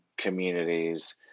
communities